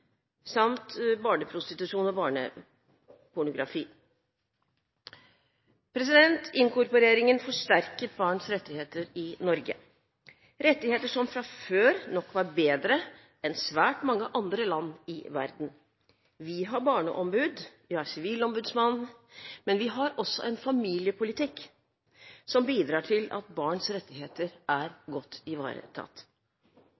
samt barneprostitusjon og barnepornografi. Inkorporeringen forsterket barns rettigheter i Norge, rettigheter som fra før nok var bedre enn i svært mange andre land i verden. Vi har Barneombudet, vi har Sivilombudsmannen, men vi har også en familiepolitikk som bidrar til at barns rettigheter